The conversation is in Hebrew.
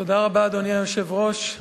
אדוני היושב-ראש,